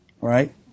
right